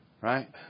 Right